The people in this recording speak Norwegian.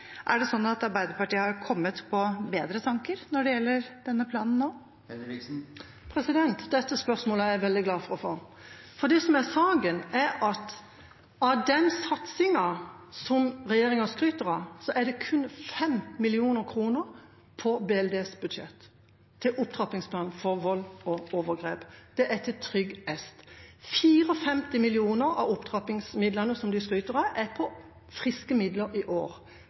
Er det sånn at Arbeiderpartiet nå har kommet på bedre tanker når det gjelder denne planen? Dette spørsmålet er jeg veldig glad for å få. Det som er saken, er at av den satsingen som regjeringa skryter av, er kun 5 mill. kr av Barne- og likestillingsdepartementets budsjett til opptrappingsplanen for vold og overgrep. Det er til TryggEst. 54 mill. kr av opptrappingsmidlene som de skryter av, er friske midler i år,